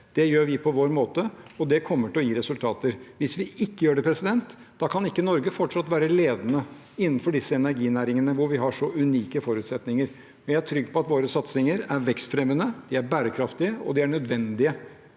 Det gjør vi på vår måte, og det kommer til å gi resultater. Hvis vi ikke gjør det, kan ikke Norge fortsatt være ledende innenfor disse energinæringene, hvor vi har så unike forutsetninger. Jeg er trygg på at våre satsinger er vekstfremmende, bærekraftige og nødvendige